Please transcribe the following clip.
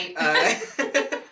Right